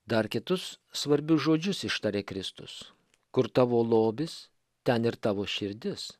dar kitus svarbius žodžius ištarė kristus kur tavo lobis ten ir tavo širdis